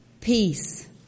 Peace